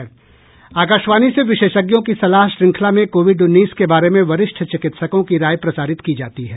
आकाशवाणी से विशेषज्ञों की सलाह श्रृंखला में कोविड उन्नीस के बारे में वरिष्ठ चिकित्सकों की राय प्रसारित की जाती है